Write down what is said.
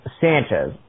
Sanchez